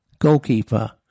goalkeeper